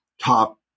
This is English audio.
top